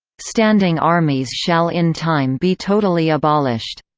standing armies shall in time be totally abolished